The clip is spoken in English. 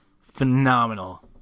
Phenomenal